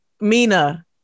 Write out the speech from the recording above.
Mina